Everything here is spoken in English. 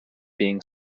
being